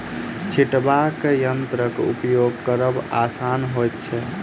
छिटबाक यंत्रक उपयोग करब आसान होइत छै